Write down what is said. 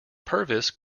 purvis